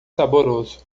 saboroso